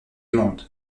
monde